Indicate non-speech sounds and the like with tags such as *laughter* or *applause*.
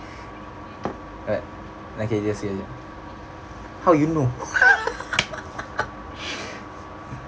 uh okay just ya ya how you know *laughs*